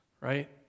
Right